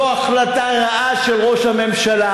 זו החלטה רעה של ראש הממשלה,